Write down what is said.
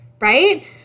right